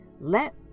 Let